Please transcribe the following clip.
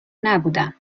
نبودم